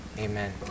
Amen